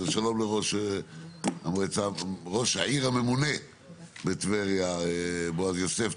שלום לראש העיר הממונה בטבריה, בועז יוסף.